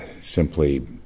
simply